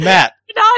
Matt